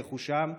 רכושם וסביבתם.